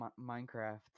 Minecraft